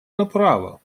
направо